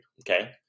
Okay